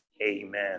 Amen